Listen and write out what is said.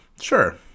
Sure